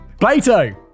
Plato